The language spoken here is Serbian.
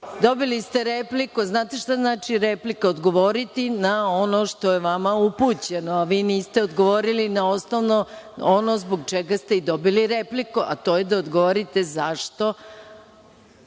Dobili ste repliku. Znate li šta znači replika? Odgovoriti na ono što je vama upućeno, a vi niste odgovorili na osnovno ono zbog čega ste i dobili repliku, a to je da odgovorite zašto